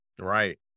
Right